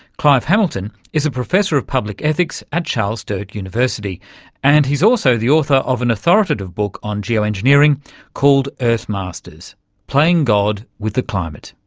clive hamilton is a professor of public ethics at charles sturt university and he's also the author of an authoritative book on geo-engineering called earthmasters playing god with the climate.